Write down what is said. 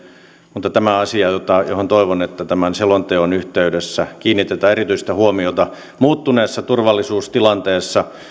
mutta tämä on asia johon toivon tämän selonteon yhteydessä kiinnitettävän erityistä huomiota muuttuneessa turvallisuustilanteessa